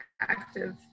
Active